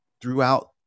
throughout